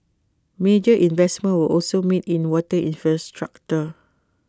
major investments were also made in water infrastructure